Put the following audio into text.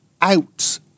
out